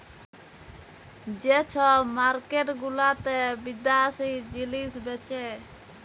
যে ছব মার্কেট গুলাতে বিদ্যাশি জিলিস বেঁচে